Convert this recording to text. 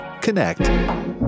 connect